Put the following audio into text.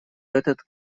этот